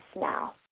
now